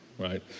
Right